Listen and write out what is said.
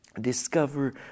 discover